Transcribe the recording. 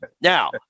Now